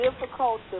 difficult